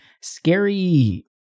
scary